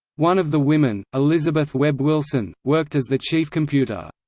one of the women, elizabeth webb wilson, worked as the chief computer.